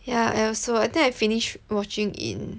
yeah I also I think I finish watching in